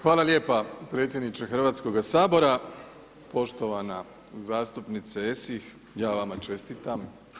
Hvala lijepa predsjedniče Hrvatskoga sabora, poštovana zastupnice Esih ja vama čestitam.